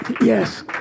yes